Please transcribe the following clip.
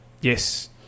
Yes